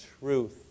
truth